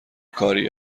کاری